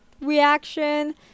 reaction